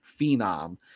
phenom